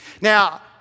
Now